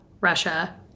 Russia